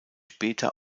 später